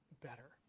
better